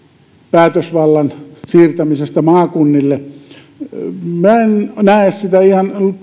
päätösvallan siirtämisestä maakunnille minä en näe sitä ihan mutta